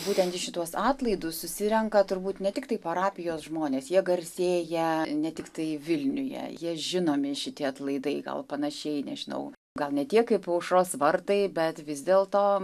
būtent į šituos atlaidus susirenka turbūt ne tiktai parapijos žmonės jie garsėja ne tiktai vilniuje jie žinomi šitie atlaidai gal panašiai nežinau gal ne tiek kaip aušros vartai bet vis dėlto